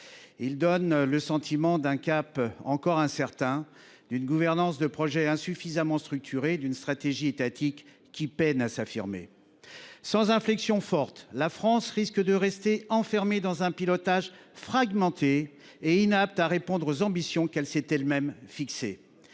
Il donne le sentiment d’un cap encore incertain, d’une gouvernance de projet insuffisamment structurée et d’une stratégie étatique qui peine à s’affirmer. Sans inflexion forte, la France risque de rester enfermée dans un pilotage fragmenté et inapte à répondre aux ambitions qu’elle s’est elle même fixées.